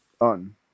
on